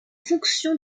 fonction